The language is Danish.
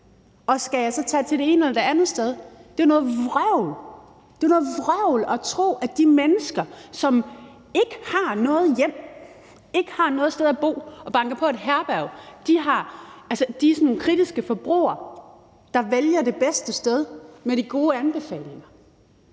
om hun så tage til det ene eller det andet sted. Det er noget vrøvl at tro, at de mennesker, som ikke har noget hjem, ikke har noget sted at bo og banker på et herberg, er sådan nogle kritiske forbrugere, der vælger det bedste sted med de gode anbefalinger.